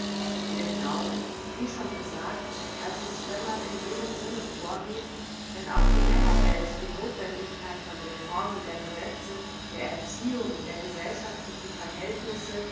wir glauben wie schon gesagt daß es wenn man in jenem sinne vorgeht wenn auch die männerwelt die nothwendigkeit von reformen der gesetze der erziehung der gesellschaftlichen verhältnisse